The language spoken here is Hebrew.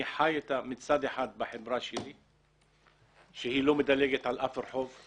אני חי מצד אחד בחברה שלי היא לא מדלגת על אף רחוב,